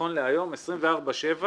נכון להיום, 24/7,